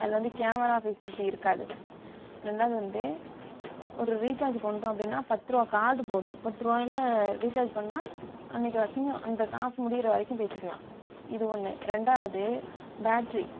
அதில் வந்து camera facility இருக்காது ரெண்டாவது வந்து ஒரு ரீச்சார்ஜு பண்ணுறோம் அப்படின்னா பத்துருவா கார்டு போதும் பத்துருவாயில ரீச்சார்ஜ் பண்ணால் அன்னைக்கி அந்த காசு முடிகிற வரைக்கும் பேசிக்கலாம் இது ஒன்று ரெண்டாவது பேட்ரி